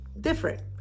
different